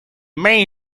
main